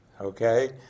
okay